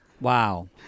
Wow